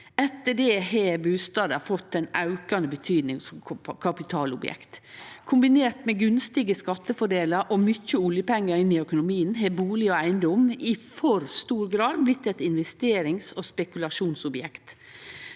Etter det har bustader fått ein aukande betydning som kapitalobjekt. Kombinert med gunstige skattefordelar og mykje oljepengar inn i økonomien har bustad og eigedom i for stor grad blitt eit investerings- og spekulasjonsobjekt.